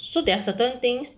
so there are certain things